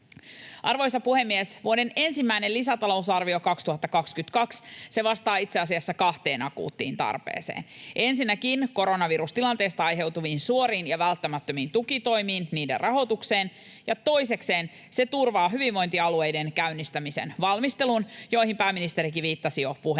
Arvoisa puhemies! Vuoden ensimmäinen lisätalousarvio 2022 vastaa itse asiassa kahteen akuuttiin tarpeeseen: ensinnäkin koronavirustilanteesta aiheutuviin suoriin ja välttämättömiin tukitoimiin, niiden rahoitukseen, ja toisekseen se turvaa hyvinvointialueiden käynnistämisen valmistelun, johon pääministerikin viittasi jo puheensa alussa.